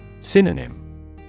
Synonym